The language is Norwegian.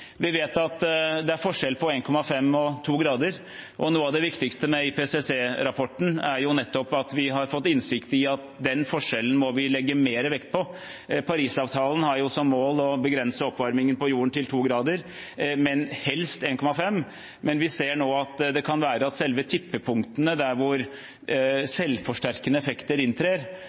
Vi vet at det er forskjell på 1,5 og 2 grader. Noe av det viktigste med IPCC-rapporten er nettopp at vi har fått innsikt i at den forskjellen må vi legge mer vekt på. Parisavtalen har som mål å begrense oppvarmingen på jorden til 2 grader, men helst til 1,5 grader. Vi ser nå at det kan være at selve tippepunktene der hvor selvforsterkende effekter inntrer,